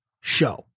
show